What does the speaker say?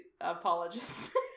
apologist